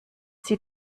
sie